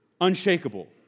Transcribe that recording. unshakable